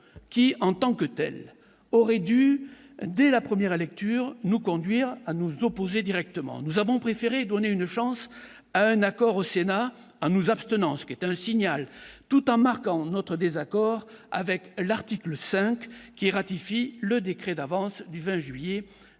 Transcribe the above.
qui, en tant que telle, aurait dû, dès la première lecture nous conduire à nous opposer directement, nous avons préféré donner une chance à un accord au Sénat en nous abstenant, ce qui est un signal tout en marquant notre désaccord avec l'article 5 qui ratifie le décret d'avance du 20 juillet 2017,